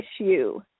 issue